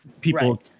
People